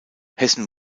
hessen